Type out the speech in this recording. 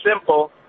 simple